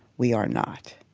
we are not.